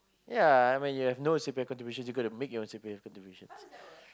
ya you when you have no C_P_F contributions you gotta make your C_P_F contributions